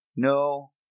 No